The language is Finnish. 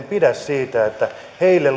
pidä siitä että heille